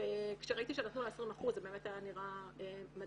כשראיתי שנתנו לה 20%, זה באמת היה נראה מדהים,